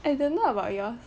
I don't know about yours